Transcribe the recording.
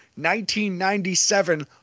1997